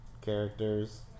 characters